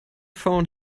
phone